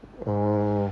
orh